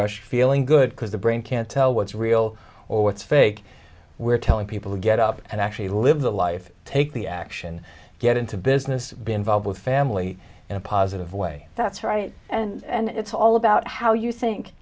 rush feeling good because the brain can't tell what's real or what's fake we're telling people to get up and actually live the life take the action get into business be involved with family in a positive way that's right and it's all about how you think